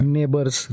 Neighbors